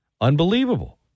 unbelievable